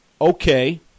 okay